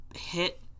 hit